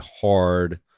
hard